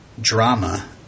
Drama